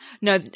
No